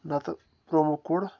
نَتہٕ پرٛومو کوڑ